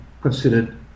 considered